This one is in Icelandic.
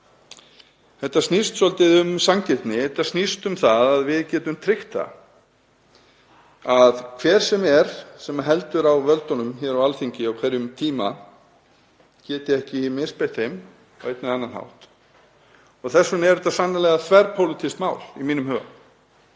Þetta snýst um sanngirni og þetta snýst um það að við getum tryggt að hver sem það er sem heldur á völdunum hér á Alþingi á hverjum tíma geti ekki misbeitt þeim á einn eða annan hátt. Þess vegna er þetta sannarlega þverpólitískt mál í mínum huga